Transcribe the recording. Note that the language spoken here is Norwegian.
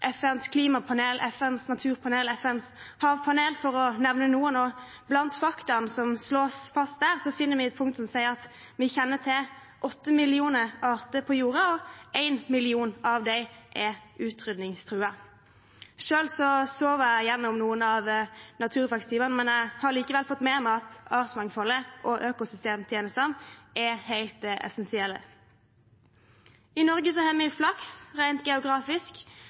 FNs klimapanel, FNs naturpanel og FNs havpanel, for å nevne noen. Blant faktaene som slås fast der, finner vi et punkt som sier at vi kjenner til åtte millioner arter på jorden, og én million av dem er utrydningstruet. Selv sov jeg gjennom noen av naturfagstimene, men jeg har likevel fått med meg at artsmangfoldet og økosystemtjenestene er helt essensielle. I Norge har vi flaks rent geografisk.